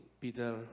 Peter